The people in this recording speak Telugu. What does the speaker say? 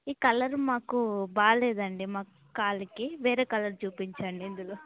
ఈ కలర్ మాకు బాగాలేదండి మా కాళ్ళకి వేరే కలర్ చూపించండి ఇందులో